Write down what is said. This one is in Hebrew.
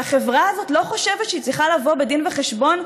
והחברה הזאת לא חושבת שהיא צריכה לתת דין וחשבון,